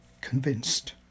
convinced